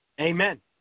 Amen